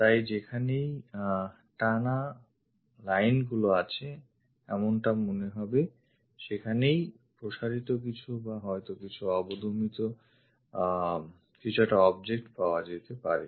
তাই যেখানেই টানা lineগুলি আছে এমনটা মনে হবে সেখানেই প্রসারিত কিছু বা হয়ত অবদমিত কিছু একটা object পাওয়া যেতে পারে